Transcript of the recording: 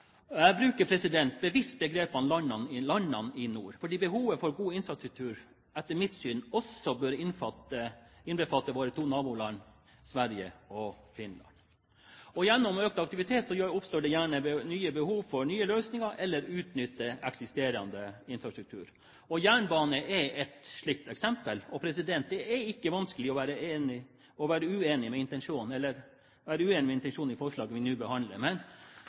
Jeg bruker bevisst begrepet «landene i nord», fordi behovet for infrastruktur etter mitt syn også bør innbefatte våre to naboland Sverige og Finland. Gjennom økt aktivitet oppstår det gjerne nye behov for nye løsninger, eller man utnytter eksisterende infrastruktur. Jernbanen er et slikt eksempel, og det er ikke vanskelig å være enig i intensjonen i forslaget vi nå behandler. Men